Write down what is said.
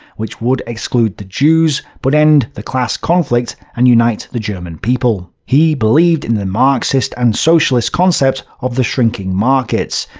which would exclude the jews, but end the class conflict and unite the german people. he believed in the marxist and socialist concept of the shrinking markets,